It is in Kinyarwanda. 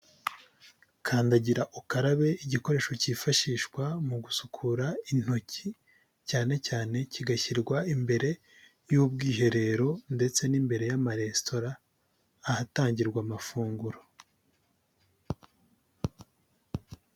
Kandagira ukarabe igikoresho cyifashishwa mu gusukura intoki cyane cyane kigashyirwa imbere y'ubwiherero ndetse n'imbere y'amaresitora ahatangirwa amafunguro.